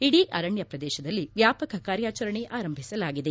ಇಡೀ ಅರಣ್ಯ ಪ್ರದೇಶದಲ್ಲಿ ವ್ಯಾಪಕ ಕಾರ್ಯಾಚರಣೆ ಆರಂಭಿಸಲಾಗಿದೆ